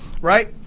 right